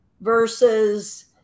Versus